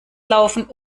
laufen